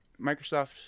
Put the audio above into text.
Microsoft